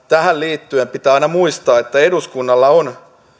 tähän liittyen pitää aina muistaa että eduskunnalla on